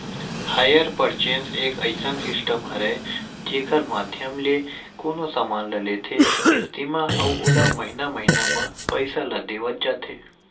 hire purchase एक अइसन system हरय जेखर माधियम ले कोनो समान ल लेथे किस्ती म अउ ओला महिना महिना म पइसा ल देवत जाथे